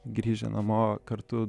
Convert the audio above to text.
grįžę namo kartu